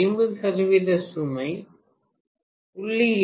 50 சதவீத சுமை 0